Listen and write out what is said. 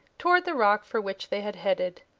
toward the rock for which they had headed.